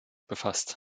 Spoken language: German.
befasst